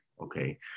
okay